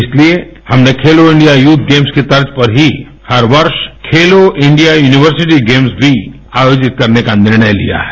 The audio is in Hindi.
इसलिए हमने श्खेलो इंडिया यूथ गेम्सश की तर्क पर ही हर वर्ष श्खेलो इंडिया यूनिवर्सिटी गेम्सश् भी अयोजित करने का निर्णय लिया है